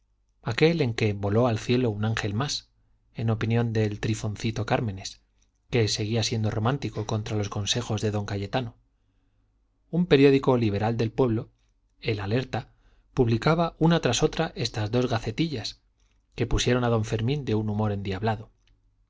aquel en que voló al cielo un ángel más en opinión de trifoncito cármenes que seguía siendo romántico contra los consejos de don cayetano un periódico liberal del pueblo el alerta publicaba una tras otra estas dos gacetillas que pusieron a don fermín de un humor endiablado